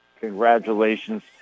congratulations